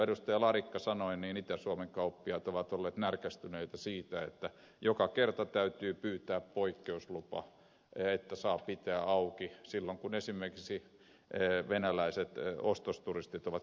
larikka sanoi niin itä suomen kauppiaat ovat olleet närkästyneitä siitä että joka kerta täytyy pyytää poikkeuslupa että saa pitää liikettä auki silloin kun esimerkiksi venäläiset ostosturistit ovat käymässä